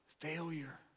failure